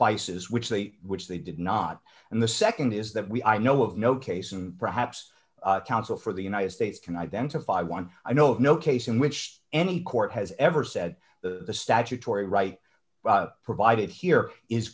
vices which they which they did not and the nd is that we i know of no case and perhaps counsel for the united states can identify one i know of no case in which any court has ever said the statutory right provided here is